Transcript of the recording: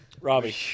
Robbie